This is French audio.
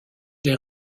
des